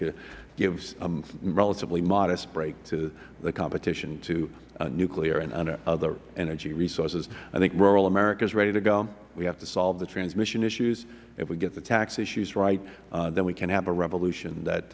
to give a relatively modest break to the competition to nuclear and other energy resources i think rural america is ready to go we have to solve the transmission issues if we get the tax issues right then we can have a clean energy revolution that